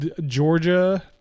Georgia